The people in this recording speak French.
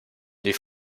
les